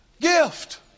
gift